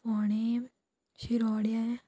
फोणें शिरोड्या